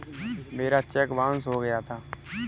मेरा cheque bounce हो गया था